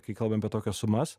kai kalbam apie tokias sumas